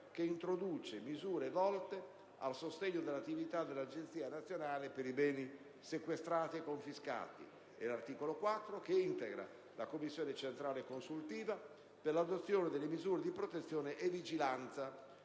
che introduce misure volte al sostegno dell'attività dell'Agenzia nazionale per i beni sequestrati e confiscati, e l'articolo 4 che integra la commissione centrale consultiva per l'adozione delle misure di protezione e vigilanza